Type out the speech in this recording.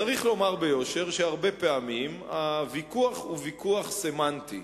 צריך לומר ביושר שפעמים רבות הוויכוח הוא סמנטי,